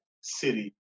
city